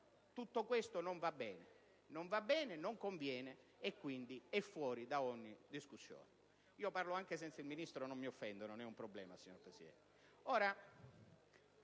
tutto questo non va bene. Non va bene, non conviene, e quindi è fuori da ogni discussione. Parlo anche senza il Ministro. Non mi offendo. Non è un problema, signor Presidente.